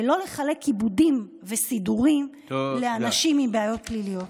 ולא לחלק כיבודים וסידורים לאנשים עם בעיות פליליות.